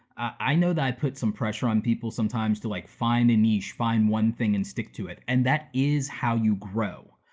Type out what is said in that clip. i know that i put some pressure on people sometimes to like find a niche, find one thing and stick to it. and that is how you grow.